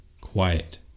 Quiet